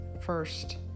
first